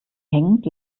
hängend